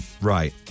Right